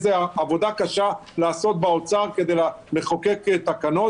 איזה עבודה קשה לעשות באוצר כדי לחוקק תקנות